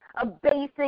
abasing